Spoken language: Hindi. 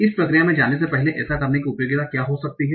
इस प्रक्रिया में जाने से पहले ऐसा करने की उपयोगिता क्या हो सकती है